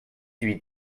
huit